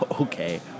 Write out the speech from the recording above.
Okay